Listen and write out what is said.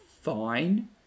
fine